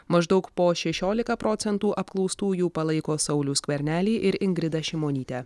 maždaug po šešiolika procentų apklaustųjų palaiko saulių skvernelį ir ingridą šimonytę